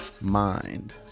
mind